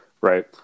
Right